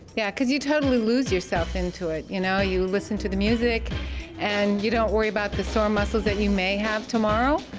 yeah, because you totally lose yourself into it, you know, you listen to the music and you don't worry about the sore muscles that you may have tomorrow,